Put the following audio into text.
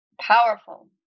powerful